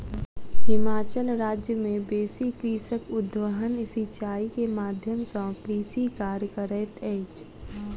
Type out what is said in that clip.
हिमाचल राज्य मे बेसी कृषक उद्वहन सिचाई के माध्यम सॅ कृषि कार्य करैत अछि